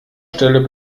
stelle